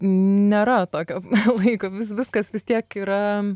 nėra tokio laiko viskas vis tiek yra